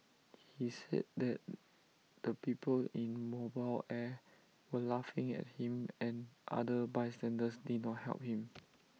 he said that the people in mobile air were laughing at him and other bystanders did not help him